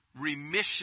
remission